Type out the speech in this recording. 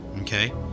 Okay